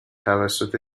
توسط